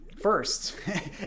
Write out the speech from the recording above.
first